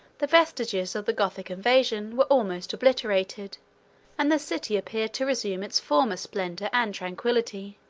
the vestiges of the gothic invasion were almost obliterated and the city appeared to resume its former splendor and tranquillity.